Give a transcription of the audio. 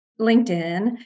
LinkedIn